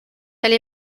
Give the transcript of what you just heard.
elle